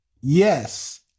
yes